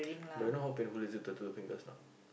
but you know how painful is it to tattoo the fingers not